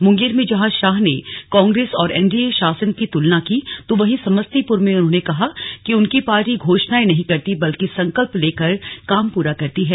मुंगेर में जहां शाह ने कांग्रेस औरएनडीए शासन की तुलना की तो वहीं समस्तीपुर में उन्होंने कहा कि उनकी पार्टी घोषणाएं नहीं करती बल्कि संकल्प लेकर काम पूरे करती है